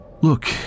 Look